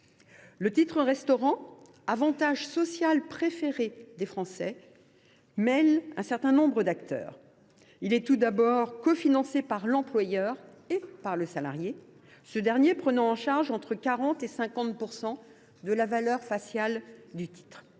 Le titre restaurant, avantage social préféré des Français, fait intervenir un certain nombre d’acteurs. Il est tout d’abord cofinancé par l’employeur et par le salarié, ce dernier prenant en charge entre 40 % et 50 % de la valeur faciale du titre.